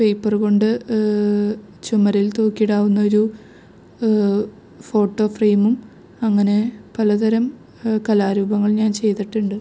paper കൊണ്ട് ചുമരിൽ തൂക്കിയിടാവുന്ന ഒരു ഫോട്ടോ ഫ്രെയ്മും അങ്ങനെ പലതരം കലാരൂപങ്ങൾ ഞാൻ ചെയ്തിട്ടുണ്ട്